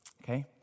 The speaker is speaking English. Okay